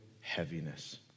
heaviness